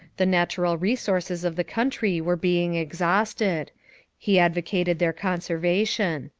the natural resources of the country were being exhausted he advocated their conservation.